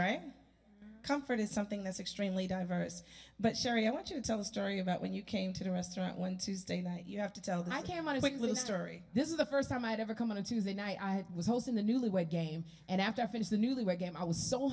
right comfort is something that's extremely diverse but sherry i want you to tell a story about when you came to the restaurant one tuesday night you have to tell my cameras like little story this is the st time i'd ever come on a tuesday night i was hosting the newlywed game and after i finished the newlywed game i was so